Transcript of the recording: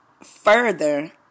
Further